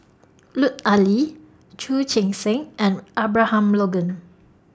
Lut Ali Chu Chee Seng and Abraham Logan